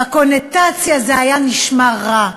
בקונוטציה זה נשמע רע.